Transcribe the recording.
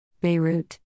Beirut